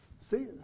See